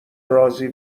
رازی